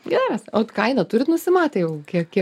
geras o kainą turit nusimatę jau kiek kiek